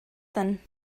then